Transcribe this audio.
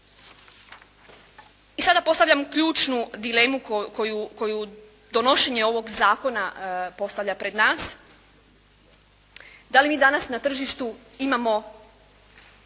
I sada postavljam ključnu dilemu koju donošenje ovog zakona postavlja pred nas. Da li mi danas na tržištu imamo